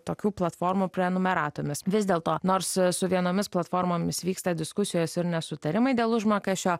tokių platformų prenumeratomis vis dėlto nors su vienomis platformomis vyksta diskusijos ir nesutarimai dėl užmokesčio